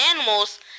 animals